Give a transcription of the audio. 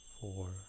four